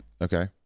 Okay